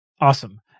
awesome